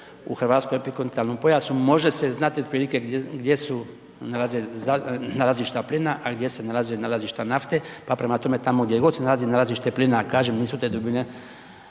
u hrvatskom epikontinentalnom pojasu, može se znati otprilike gdje su nalazišta plina a gdje se nalazi nalazišta nafte pa prema tome, tamo gdje god se nalazi nalazište plina, a kažem nisu te dubine